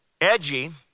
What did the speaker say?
Edgy